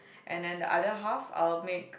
and then the other half I'll make